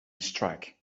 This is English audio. strike